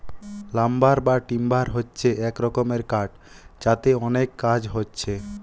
lumber বা timber হচ্ছে এক রকমের কাঠ যাতে অনেক কাজ হচ্ছে